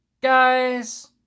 guys